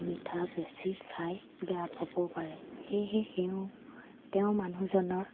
মিঠা বেছি খাই বেয়া পাবও পাৰে সেয়েহে সেওঁ তেওঁ মানুহজনৰ